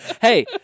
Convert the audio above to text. hey